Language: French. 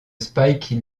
spike